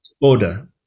order